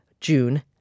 June